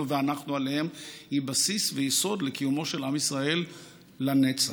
ואנחנו עליהם הם בסיס ויסוד לקיומו של עם ישראל לנצח.